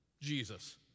Jesus